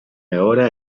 ahora